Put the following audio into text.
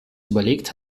überlegt